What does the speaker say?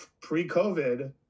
pre-covid